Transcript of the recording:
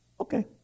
Okay